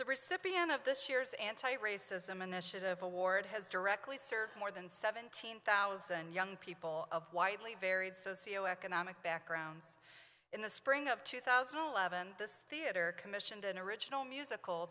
the recipient of this year's anti racism initiative award has directly served more than seventeen thousand young people of widely varied socioeconomic backgrounds in the spring of two thousand and eleven this theatre commissioned an original musical